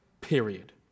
period